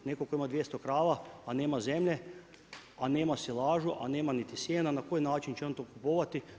Netko tko ima 200 prava a nema zemlje, a nema silažu a nema niti sjena, na koji način će on to kupovati.